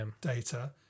data